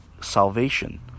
salvation